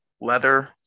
leather